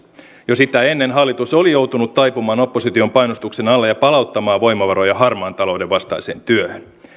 jo sitä ennen hallitus oli joutunut taipumaan opposition painostuksen alla ja palauttamaan voimavaroja harmaan talouden vastaiseen työhön